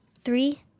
Three